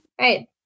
Right